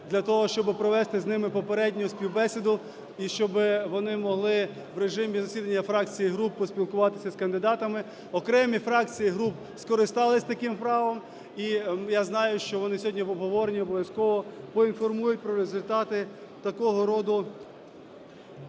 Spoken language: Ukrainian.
для того, щоби провести з ними попередню співбесіду і щоби вони могли в режимі засідання фракцій і груп поспілкуватися з кандидатами. Окремі фракції і групи скористалися таким правом і я знаю, що вони сьогодні в обговоренні обов'язково поінформують про результати такого роду